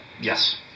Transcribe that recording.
yes